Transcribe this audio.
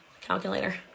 calculator